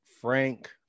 Frank